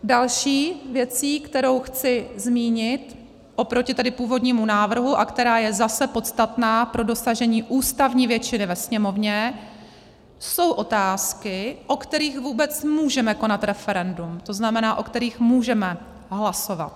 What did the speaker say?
Další věcí, kterou chci zmínit oproti tedy původnímu návrhu a která je zase podstatná pro dosažení ústavní většiny ve Sněmovně, jsou otázky, o kterých vůbec můžeme konat referendum, to znamená, o kterých můžeme hlasovat.